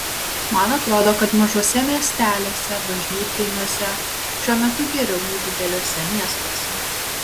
man atrodo kad mažuose miesteliuose bažnytkaimiuose šiuo metu geriau nei dideliuose miestuose